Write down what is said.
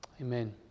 Amen